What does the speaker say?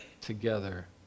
together